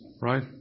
right